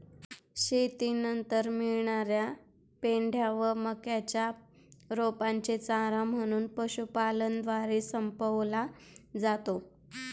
शेतीनंतर मिळणार्या पेंढ्या व मक्याच्या रोपांचे चारा म्हणून पशुपालनद्वारे संपवला जातो